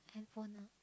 handphone ah